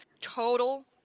total